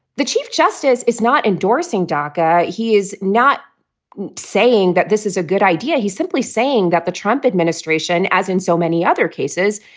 the chief justice is not endorsing dhaka. he is not saying that this is a good idea. he's simply saying that the trump administration, as in so many other cases,